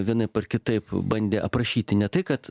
vienaip ar kitaip bandė aprašyti ne tai kad